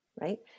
Right